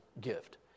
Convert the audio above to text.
gift